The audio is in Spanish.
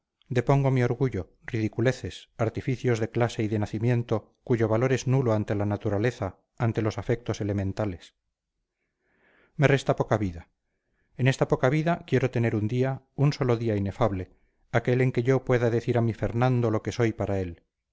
tiempo depongo mi orgullo ridiculeces artificios de clase y de nacimiento cuyo valor es nulo ante la naturaleza ante los afectos elementales me resta poca vida en esta poca vida quiero tener un día un solo día inefable aquel en que yo pueda decir a mi fernando lo que soy para él